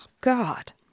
God